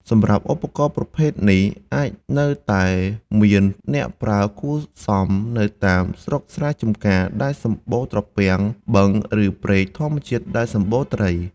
សម្រាប់ឧបករណ៍ប្រភេទនេះ អាចនៅតែមានអ្នកប្រើគួរសម នៅតាមស្រុកស្រែចម្ការ ដែលសម្បូរត្រពាំង បឹងឬព្រែកធម្មជាតិដែលសម្បូរត្រី។